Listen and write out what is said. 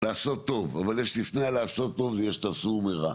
לעשות טוב, אבל יש לפני מלעשות טוב יש תסור מרע,